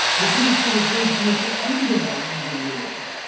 the british did a great deal to undermine indian unity.